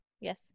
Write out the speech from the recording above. Yes